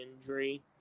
injury